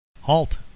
halt